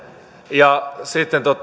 ja sitten